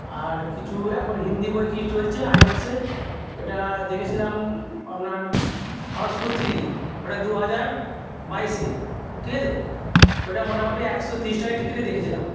আর কিছু এখন হিন্দি বই কি চলছে আইনক্সে ওইটা দেখেছিলাম আপনার হাউসফুল থ্রি ওটা দুহাজার বাইশে ঠিক আছে ওইটা মোটামোটি একশো তিরিশ টাকার টিকিটে দেখেছিলাম